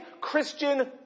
Christian